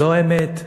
זו האמת.